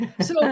So-